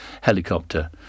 helicopter